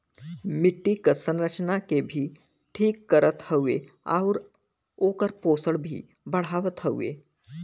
मट्टी क संरचना के भी ठीक करत हउवे आउर ओकर पोषण भी बढ़ावत हउवे